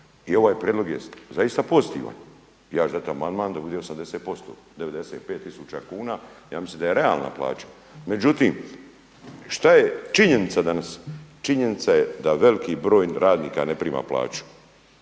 I ovaj je prijedlog zaista pozitivan. Ja ću dati amandman da bude 80%, 95000 kuna ja mislim da je realna plaća. Međutim šta je činjenica danas? Činjenica je da veliki broj radnika ne prima plaću